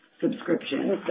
subscriptions